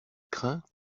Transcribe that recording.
crains